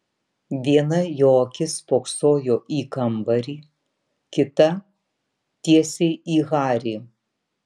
viena jo akis spoksojo į kambarį kita tiesiai į harį